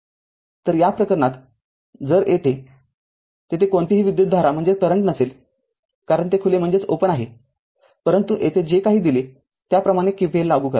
तरया प्रकरणात जर येथे तेथे कोणतीही विद्युतधारा नसेलकारण ते खुले आहेपरंतु येथे जे काही केले त्याप्रमाणे KVL लागू करा